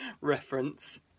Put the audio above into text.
reference